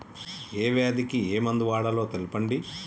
ఏ వ్యాధి కి ఏ మందు వాడాలో తెల్పండి?